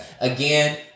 again